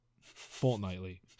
fortnightly